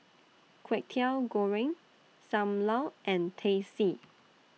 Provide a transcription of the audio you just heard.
Kwetiau Goreng SAM Lau and Teh C